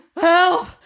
Help